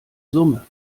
summe